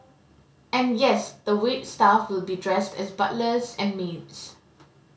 and yes the wait staff will be dressed as butlers and maids